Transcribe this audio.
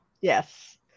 Yes